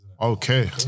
Okay